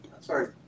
sorry